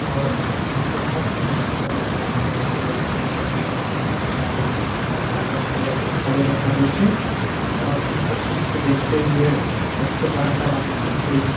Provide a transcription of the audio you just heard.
आओर ईसबके खर्च बेटी वलाके उठाबेके पड़ै छै आओर बेटा वला के खर्च गाड़ी घोड़ा आओर बाजा साजाके उठाबेके पड़ैतछै आओर ईसब चीजके देखते हुए सबसँ बड़का बात ई छै